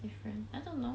different I don't know